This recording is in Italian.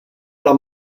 alla